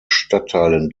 stadtteilen